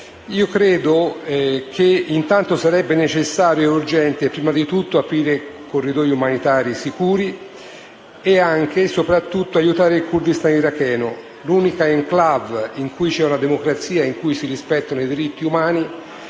Io credo che intanto sarebbe necessario e urgente prima di tutto aprire corridoi umanitari sicuri, ma anche aiutare il Kurdistan iracheno, l'unica enclave in cui c'è una democrazia e in cui si rispettano i diritti umani.